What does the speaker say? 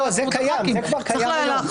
זה כבר קיים היום.